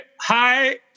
hi